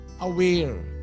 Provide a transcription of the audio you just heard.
aware